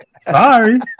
Sorry